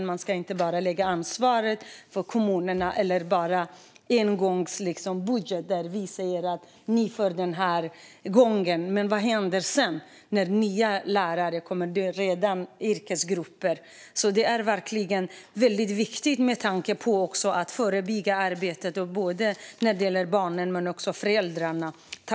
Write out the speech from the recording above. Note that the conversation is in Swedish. Ansvaret ska inte bara läggas på kommunerna eller detta bara finnas med en gång i budgeten, för vad händer sedan när det kommer nya lärare och yrkesgrupper? Detta är väldigt viktigt med tanke på att det behövs ett förebyggande arbete när det gäller både barnen och föräldrarna.